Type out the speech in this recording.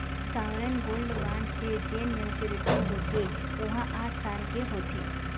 sovereign gold bond के जेन maturity होथे ओहा आठ साल के होथे